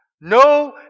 No